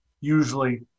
usually